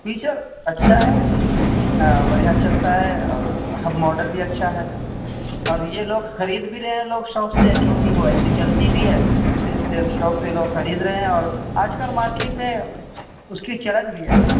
feature اچھا ہے بڑھیا چلتا ہے اور ہب ماڈل بھی اچھا ہے اور یہ لوگ خرید بھی رہے ہیں لوگ شوق سے کیوںکہ وہ اچھی چلتی بھی ہے یہ اس لیے شوق سے لوگ خرید رہے ہیں اور آج کل مارکیٹ میں اس کی چلن بھی ہے